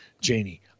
Janie